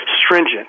stringent